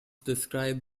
describe